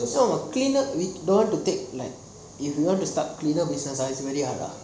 so cleaner we dont want to take like we want to start cleaner business eh its very hard eh